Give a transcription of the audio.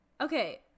Okay